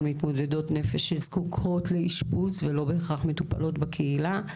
מתמודדות נפש שזקוקות לאשפוז ולא בהכרח מטופלות בקהילה.